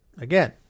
Again